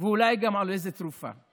ואולי גם על איזו תרופה.